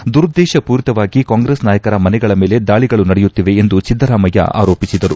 ದುರುದ್ದೇಶ ಪೂರಿತವಾಗಿ ಕಾಂಗ್ರೆಸ್ ನಾಯಕರ ಮನೆಗಳ ಮೇಲೆ ದಾಳಿಗಳು ನಡೆಯುತ್ತಿವೆ ಎಂದು ಸಿದ್ದರಾಮಯ್ಯ ಆರೋಪಿಸಿದರು